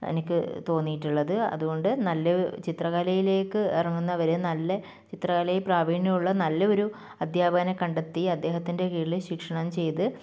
എനിക്ക് തോന്നിയിട്ടുള്ളത് അതുകൊണ്ട് നല്ല ചിത്രകലയിലേക്ക് ഇറങ്ങുന്നവരെ നല്ല ചിത്രകലയിൽ പ്രാവീണ്യമുള്ള നല്ല ഒരു അധ്യാപകനെ കണ്ടെത്തി അദ്ദേഹത്തിൻ്റെ കീഴിൽ ശിക്ഷണം ചെയ്ത്